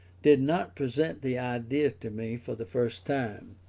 did not present the idea to me for the first time.